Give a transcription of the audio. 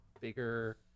bigger